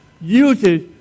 uses